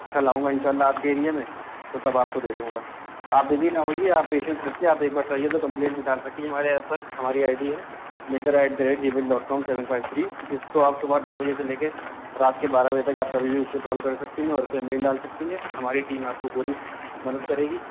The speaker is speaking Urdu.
كل آؤں گا ان شاء اللہ آپ کے ایریے میں تو تب آپ کو دے دوں گا آپ بزی نہ ہوئیے آپ پیشنس رکھیے آپ ایک بار چاہیے تو کمپلینٹ بھی ڈال سکتی ہیں ہمارے ایپ پر ہماری آئی ڈی ہے Myntra at the rate Gmail dot com seven five three اس کو آپ صبح نو بجے سے لے کے رات کے بارہ بجے تک آپ کبھی بھی اس پہ کال کر سکتی ہیں اور اس پہ میل ڈال سکتی ہیں ہماری ٹیم آپ کو پوری مدد کرے گی